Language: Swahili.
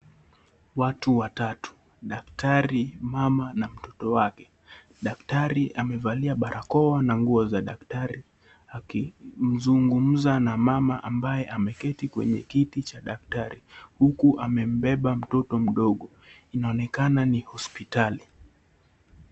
Watu watatu, daktari, mama na mtoto wake, daktari amevalia barakoa na nguo za daktari akimzungumza na mama ambaye ameketi kwenye kiti cha daktari huku amembeba mtoto mdogo, inaonekana ni hospitali.